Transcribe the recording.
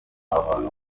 ahantu